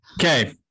Okay